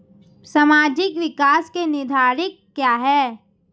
सामाजिक विकास के निर्धारक क्या है?